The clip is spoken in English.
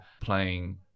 playing